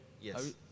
Yes